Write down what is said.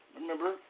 remember